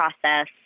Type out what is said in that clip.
process